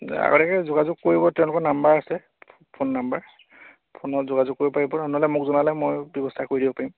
আগতীয়াকে যোগাযোগ কৰিব তেওঁলোকৰ নাম্বাৰ আছে ফোন নাম্বাৰ ফোনত যোগাযোগ কৰিব পাৰিব নহ'লে মোক জনালে মই ব্যৱস্থা কৰি দিব পাৰিম